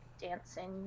dancing